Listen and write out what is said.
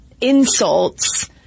insults